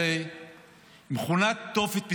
את הולכת --- למה שנוח.